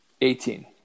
eighteen